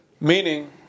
Meaning